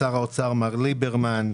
שר האוצר מר ליברמן,